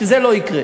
שזה לא יקרה.